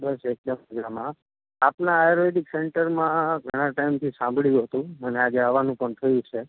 બસ એકદમ મજામાં આપનાં આયુર્વેદિક સેન્ટરમાં ઘણા ટાઈમથી સાંભળ્યું હતું મને આજે આવવાનું પણ થયું છે